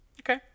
Okay